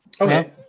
okay